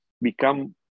become